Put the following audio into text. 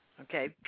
Okay